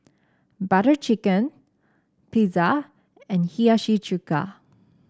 Butter Chicken Pizza and Hiyashi Chuka